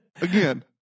Again